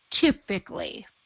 typically